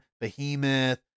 behemoth